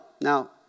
Now